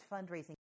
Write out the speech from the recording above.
Fundraising